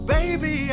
Baby